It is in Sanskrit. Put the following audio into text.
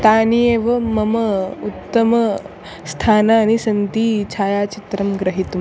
तानि एव मम उत्तमानि स्थानानि सन्ति छायाचित्रं गृहीतुम्